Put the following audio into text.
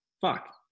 fuck